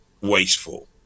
wasteful